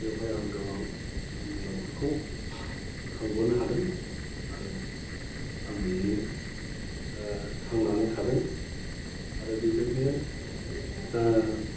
बेवहाय आं गोबां आंनि न'खरखौ खांबोनो हादों आरो आं बेजोंनो थांनानै थादों आरो बेबादिनो